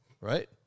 right